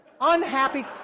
unhappy